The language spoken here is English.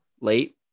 late